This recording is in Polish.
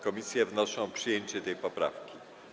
Komisje wnoszą o przyjęcie tej poprawki.